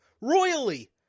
Royally